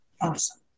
Awesome